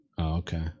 okay